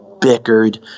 bickered